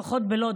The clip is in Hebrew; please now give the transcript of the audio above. לפחות בלוד,